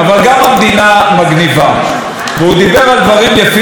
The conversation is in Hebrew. ואז אמר יושב-ראש הכנסת שהוא דיבר על פעולות הממשלה,